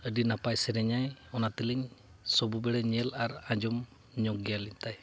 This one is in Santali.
ᱟᱹᱰᱤ ᱱᱟᱯᱟᱭ ᱥᱮᱨᱮᱧᱟᱭ ᱚᱱᱟ ᱛᱮᱞᱤᱧ ᱥᱚᱵᱽ ᱵᱟᱲᱮ ᱧᱮᱞ ᱟᱨ ᱟᱸᱡᱚᱢ ᱧᱚᱜᱽ ᱜᱮᱭᱟᱞᱤᱧ ᱛᱟᱭ